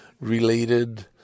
related